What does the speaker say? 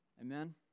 Amen